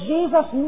Jesus